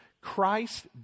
Christ